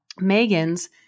megan's